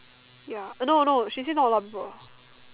ya no no she say not a lot of people